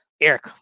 Eric